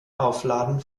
aufladen